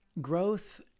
growth